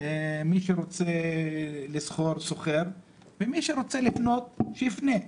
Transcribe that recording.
מי שרוצה לסחור סוחר, ומי שרוצה לפנות פונה.